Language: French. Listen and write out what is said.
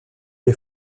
les